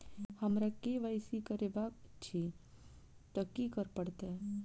हमरा केँ Y C करेवाक अछि तऽ की करऽ पड़तै?